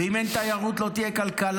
אם אין תיירות, לא תהיה כלכלה.